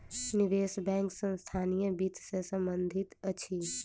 निवेश बैंक संस्थानीय वित्त सॅ संबंधित अछि